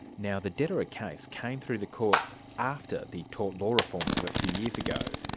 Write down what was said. now the dederer case came through the courts after the tort law reforms of a few years ago.